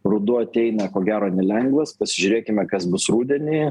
ruduo ateina ko gero nelengvas pasižiūrėkime kas bus rudenį